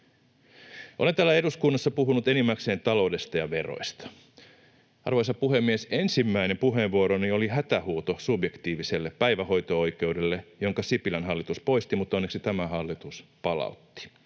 Olen täällä eduskunnassa puhunut enimmäkseen taloudesta ja veroista. Arvoisa puhemies, ensimmäinen puheenvuoroni oli hätähuuto subjektiiviselle päivähoito-oikeudelle, jonka Sipilän hallitus poisti mutta onneksi tämä hallitus palautti.